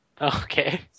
Okay